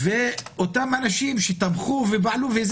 ואותם אנשים שתמכו עכשיו